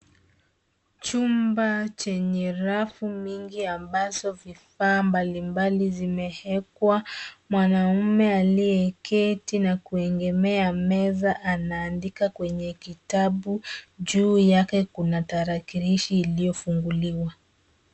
Chumba chenye rafu mingi ambazo vifaa mbali mbali zimeekwa. Mwanamume aliyeketi na kuegemea meza, anaandika kwenye kitabu. Juu yake kuna tarakilishi iliyofunguliwa.